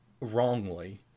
wrongly